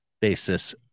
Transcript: basis